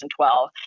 2012